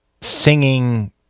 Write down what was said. singing